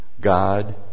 God